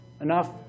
enough